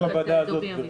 שייך לוועדה הזאת גבירתי.